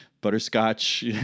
butterscotch